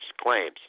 claims